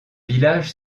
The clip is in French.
village